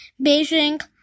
Beijing